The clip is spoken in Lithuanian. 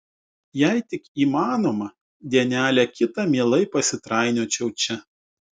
jei tik įmanoma dienelę kitą mielai pasitrainiočiau čia